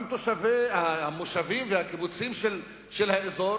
גם תושבי המושבים והקיבוצים של האזור